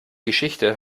geschichte